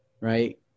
Right